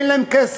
אין להן כסף.